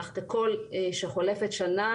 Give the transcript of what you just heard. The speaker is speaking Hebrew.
אך ככל שחולפת שנה,